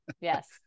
Yes